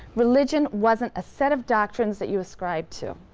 religion wasn't a set of doctrines that you ascribed to.